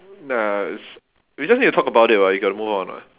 nah it's we just need to talk about it [what] we got to move on [what]